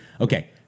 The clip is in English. okay